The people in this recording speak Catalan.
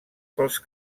pels